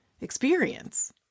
experience